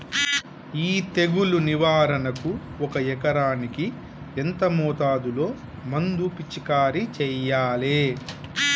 ఈ తెగులు నివారణకు ఒక ఎకరానికి ఎంత మోతాదులో మందు పిచికారీ చెయ్యాలే?